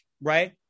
right